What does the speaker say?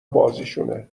بازیشونه